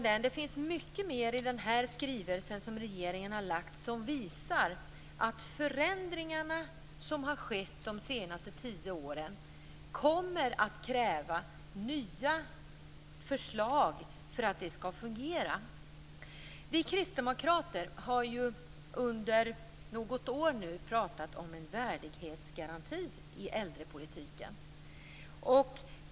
Det finns mycket mer i skrivelsen som regeringen har lagt fram som visar att förändringarna som har skett de senaste tio åren kommer att kräva nya förslag för att det hela skall fungera. Vi kristdemokrater har under ett års tid talat om en värdighetsgaranti i äldrepolitiken.